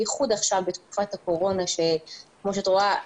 במיוחד עכשיו בתקופת הקורונה שכמו שאת רואה,